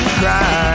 cry